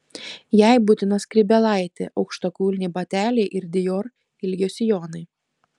jai būtina skrybėlaitė aukštakulniai bateliai ir dior ilgio sijonai